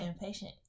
impatient